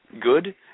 good